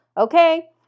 okay